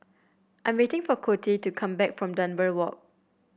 I'm waiting for Coty to come back from Dunbar Walk